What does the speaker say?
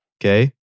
okay